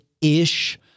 ish